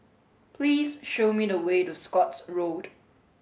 please show me the way to Scotts Road